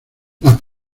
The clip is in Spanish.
las